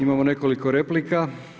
Imamo nekoliko replika.